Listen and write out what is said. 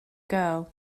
girl